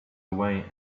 away